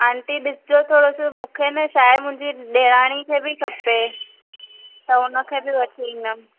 aunty ॾिसिजो थोरो सो मूंखे न छाहे मुंहिंजी ॾेराणी खे बि खपे त हुनखे बि वठी ईंदमि